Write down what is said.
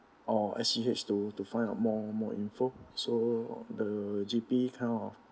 or S_G_H to to find out more more info so the G_P kind of